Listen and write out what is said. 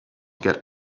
get